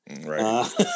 Right